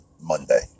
Monday